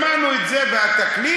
שמענו את זה בתקליט,